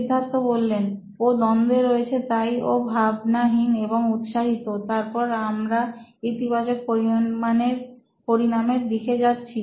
সিদ্ধার্থ ও দ্বন্দ্বে রয়েছে তাই ও ভাবনাহীন এবং উৎসাহিত তারপর আমরা ইতিবাচক পরিণামের দিকে এগিয়ে যাচ্ছি